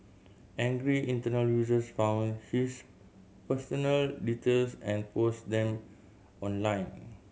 angry Internet users found his personal details and posted them online